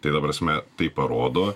tai ta prasme tai parodo